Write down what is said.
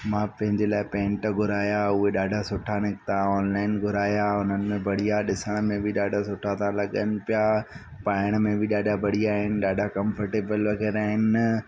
मां पंहिंजे लाइ पेंट घुराया उहे ॾाढा सुठा निकिता ऑनलाइन घुराया उन्हनि में बढ़िया ॾिसण में बि ॾाढा सुठा था लॻनि पिया पाइण में बि ॾाढा बढ़िया आहिनि ॾाढा कंफर्टेबल वग़ैरह आहिनि